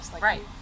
Right